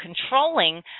controlling